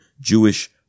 Jewish